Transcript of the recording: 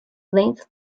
length